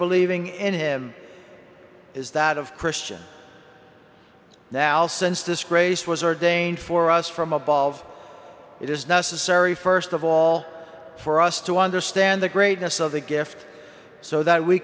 believing in him is that of christian now since disgrace was ordained for us from above it is necessary st of all for us to understand the greatness of the gift so that we